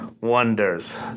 wonders